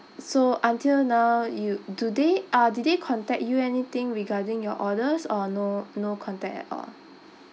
so until now you do they uh did they contact you anything regarding your orders or no no contact at all